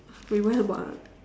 we went [what]